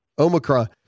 omicron